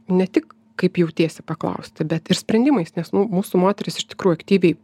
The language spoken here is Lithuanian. ne tik kaip jautiesi paklausti bet ir sprendimais nes nu mūsų moterys iš tikrųjų aktyviai